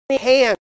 hand